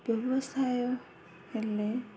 ବ୍ୟବସାୟ ହେଲେ